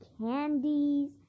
candies